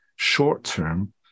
short-term